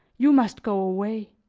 you must go away.